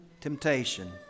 temptation